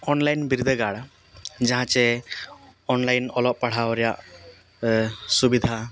online ᱵᱤᱨᱫᱟᱹᱜᱟᱲ ᱡᱟᱦᱟᱸ ᱪᱮ ᱚᱱᱞᱟᱭᱤᱱ ᱚᱞᱚᱜ ᱯᱟᱲᱦᱟᱣ ᱨᱮᱭᱟᱜ ᱥᱩᱵᱤᱫᱷᱟ